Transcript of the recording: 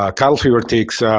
ah cattle fever ticks,